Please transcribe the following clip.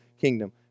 kingdom